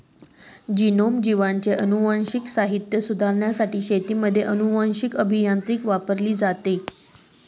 genome, जीवांचे अनुवांशिक साहित्य सुधारण्यासाठी शेतीमध्ये अनुवांशीक अभियांत्रिकी वापरली जाते